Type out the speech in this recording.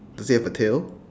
does it have a tail